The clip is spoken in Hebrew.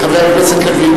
חבר הכנסת לוין.